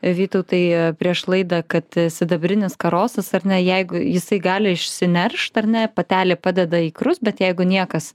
vytautai prieš laidą kad sidabrinis karosas ar ne jeigu jisai gali išsineršt ar ne patelė padeda ikrus bet jeigu niekas